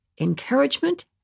encouragement